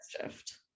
shift